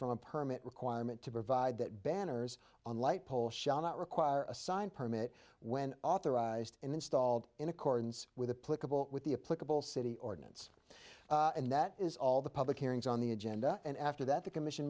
from a permit requirement to provide that banners on light pole shall not require a signed permit when authorized and installed in accordance with the political with the a political city ordinance and that is all the public hearings on the agenda and after that the commission